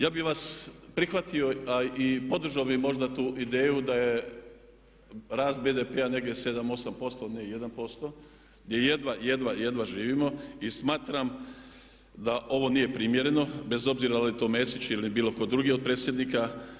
Ja bih vas prihvatio, a i podržao bih možda tu ideju da je rast BDP-a negdje 7, 8% a ne 1%, gdje jedva, jedva živimo i smatram da ovo nije primjereno bez obzira da li je to Mesić ili bilo tko drugi od predsjednika.